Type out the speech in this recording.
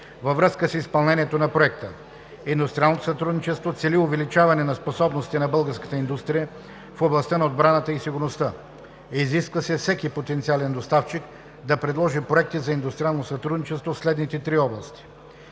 във връзка с изпълнението на проекта. Индустриалното сътрудничество цели увеличаване на способностите на българската индустрия в областта на отбраната и сигурността. Изисква се всеки потенциален доставчик да предложи проекти за индустриално сътрудничество в следните три области: